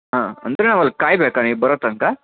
ಆಂ ಅಂದರೆ ಅವ್ರು ಕಾಯಬೇಕಾ ನೀವು ಬರೋ ತನಕ